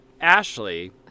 ashley